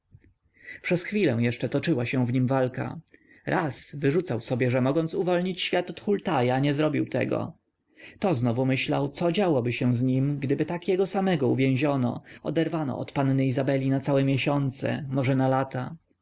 przez chwilę jeszcze toczyła się w nim walka raz wyrzucał sobie że mogąc uwolnić świat od hultaja nie zrobił tego to znowu myślał co działoby się z nim gdyby tak jego samego uwięziono oderwano od panny izabeli na całe miesiące może na lata